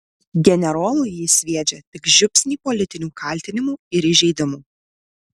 generolui jis sviedžia tik žiupsnį politinių kaltinimų ir įžeidimų